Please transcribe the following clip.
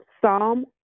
Psalm